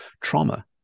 trauma